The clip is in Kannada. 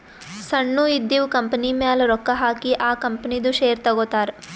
ಸಣ್ಣು ಇದ್ದಿವ್ ಕಂಪನಿಮ್ಯಾಲ ರೊಕ್ಕಾ ಹಾಕಿ ಆ ಕಂಪನಿದು ಶೇರ್ ತಗೋತಾರ್